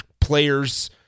players